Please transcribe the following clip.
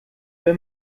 will